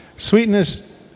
Sweetness